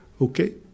Okay